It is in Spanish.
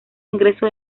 ingreso